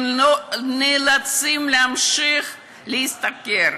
הם נאלצים להמשיך להשתכר.